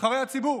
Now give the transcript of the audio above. נבחרי הציבור,